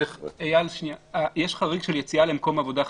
יש חריג של יציאה למקום עבודה חיוני.